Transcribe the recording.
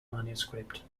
manuscript